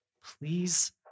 Please